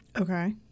Okay